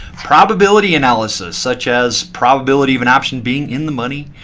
probability analysis, such as probability of an option being in the money,